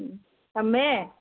ꯎꯝ ꯊꯝꯃꯦ